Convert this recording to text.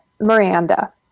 Miranda